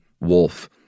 wolf